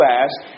asked